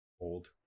Old